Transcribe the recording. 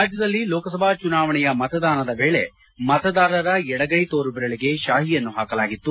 ರಾಜ್ಡದಲ್ಲಿ ಲೋಕಸಭಾ ಚುನಾವಣೆಯ ಮತದಾನದ ವೇಳೆ ಮತದಾರರ ಎಡಗೈ ತೋರು ಬೆರಳಗೆ ಶಾಹಿಯನ್ನು ಪಾಕಲಾಗಿತ್ತು